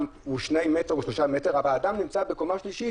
בגובה של 3-2 מטרים אך האדם נמצא בקומה שלישית,